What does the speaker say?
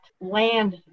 land